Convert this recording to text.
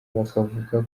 bakavuga